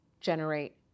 generate